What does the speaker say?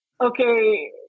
okay